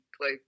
play